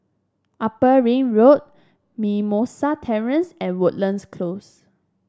Upper Ring Road Mimosa Terrace and Woodlands Close